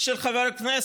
אבל למי אני עונה?